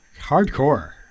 hardcore